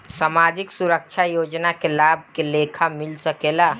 सामाजिक सुरक्षा योजना के लाभ के लेखा मिल सके ला?